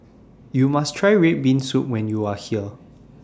YOU must Try Red Bean Soup when YOU Are here